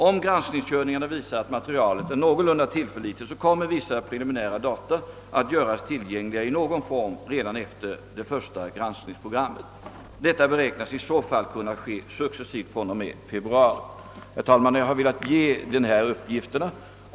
Om granskningskörningarna visar att materialet är någorlunda tillförlitligt kommer vissa preliminära data att göras tillgängliga i någon form redan efter det första granskningsprogrammet. Detta beräknas i så fall kunna ske successivt från och med februari. Herr talman! Jag har velat lämna dessa uppgifter.